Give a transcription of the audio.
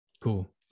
Cool